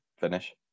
finish